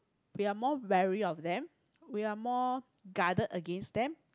we are more wary of them we are more guarded against them